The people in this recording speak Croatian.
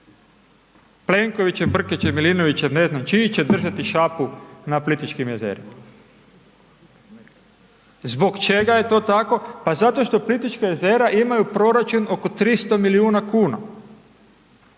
Plenkovićev, Brkićev, Milinovićev i ne znam čiji će držati šapu na Plitvičkim jezerima. Zbog čega je to tako? Pa zato što Plitvička jezera imaju proračun oko 300 milijuna kuna.